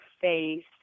face